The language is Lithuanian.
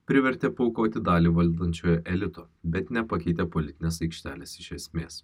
privertė paaukoti dalį valdančiojo elito bet nepakeitė politinės aikštelės iš esmės